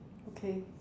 okay